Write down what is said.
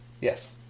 Yes